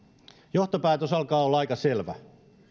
johtopäätös alkaa olla aika selvä